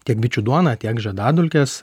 tiek bičių duona tiek žiedadulkės